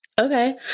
Okay